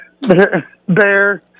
Bear